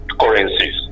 currencies